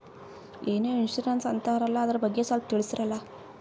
ಏನೋ ಇನ್ಸೂರೆನ್ಸ್ ಅಂತಾರಲ್ಲ, ಅದರ ಬಗ್ಗೆ ಸ್ವಲ್ಪ ತಿಳಿಸರಲಾ?